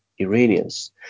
Iranians